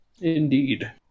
Indeed